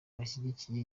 bashyigikiye